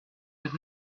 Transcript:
but